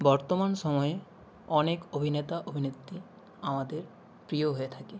বর্তমান সময়ে অনেক অভিনেতা অভিনেত্রী আমাদের প্রিয় হয়ে থাকে